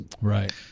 Right